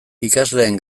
ikasleen